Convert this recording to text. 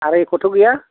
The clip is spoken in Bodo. आरो एक'थ' गैया